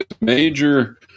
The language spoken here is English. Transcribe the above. major –